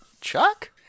Chuck